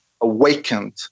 awakened